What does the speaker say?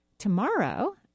Tomorrow